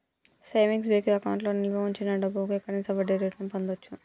savings bank అకౌంట్లో నిల్వ వుంచిన డబ్భుకి కనీస వడ్డీరేటును పొందచ్చు